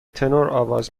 تنورآواز